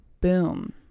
Boom